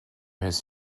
his